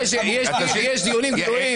יש דיונים גלויים.